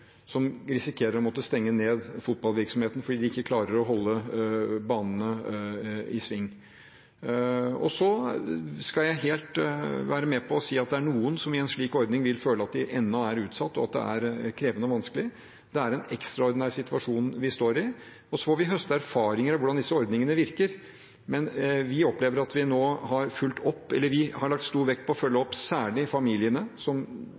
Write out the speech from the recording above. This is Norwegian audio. som risikerer å måtte stenge ned fotballvirksomheten fordi de ikke klarer å holde banene i sving. Så skal jeg være med på at det er noen som med en slik ordning vil føle at de ennå er utsatt, og at det er krevende og vanskelig. Det er en ekstraordinær situasjon vi står i, og så får vi høste erfaringer om hvordan disse ordningene virker. Vi har lagt stor vekt på ordninger for å følge opp særlig familiene, som er utgangspunktet for den økonomien den enkelte har, og landbruket og veksthussektoren, som